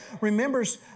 remembers